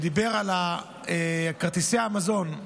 ודיבר על כרטיסי המזון.